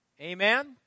Amen